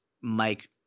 Mike